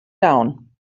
down